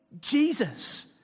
Jesus